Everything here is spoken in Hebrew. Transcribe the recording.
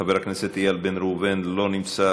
חבר הכנסת איל בן ראובן לא נמצא,